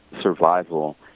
survival